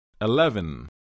Eleven